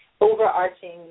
overarching